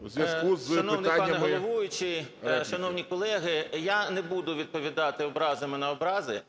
у зв'язку з питаннями… 12:09:34 СКОРИК М.Л. Шановний пане головуючий, шановні колеги! Я не буду відповідати образами на образи.